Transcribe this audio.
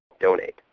donate